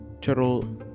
turtle